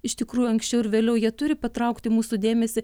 iš tikrųjų anksčiau ar vėliau jie turi patraukti mūsų dėmesį